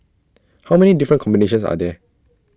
how many different combinations are there